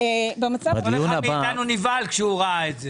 אחד מאיתנו נבהל כשהוא ראה את זה.